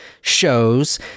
shows